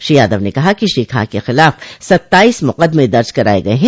श्री यादव ने कहा कि श्री खां के खिलाफ सत्ताईस मुकदमे दर्ज कराये गये हैं